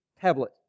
tablet